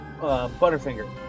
Butterfinger